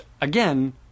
again